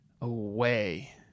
Away